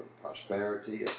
prosperity